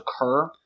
occur